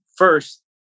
First